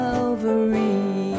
Calvary